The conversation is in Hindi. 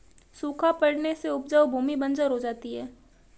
सूखा पड़ने से उपजाऊ भूमि बंजर हो जाती है